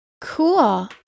cool